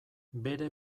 bere